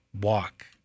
walk